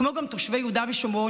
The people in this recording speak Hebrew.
כמו גם תושבי יהודה ושומרון,